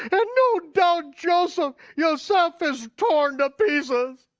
and no doubt joseph, yoseph, is torn to pieces.